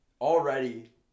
already